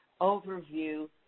overview